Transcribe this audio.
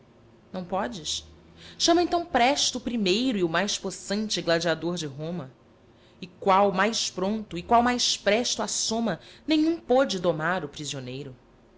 não podes chama então presto o primeiro e o mais possante gladiador de roma e qual mais pronto e qual mais presto assoma nenhum pôde domar o prisioneiro